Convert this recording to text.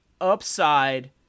upside